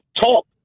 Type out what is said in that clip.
talk